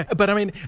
ah but i mean,